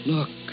Look